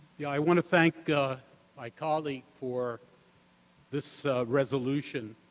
yeah i want to thank my colleague for this resolution.